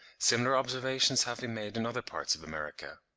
similar observations have been made in other parts of america.